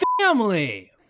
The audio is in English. family